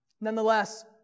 Nonetheless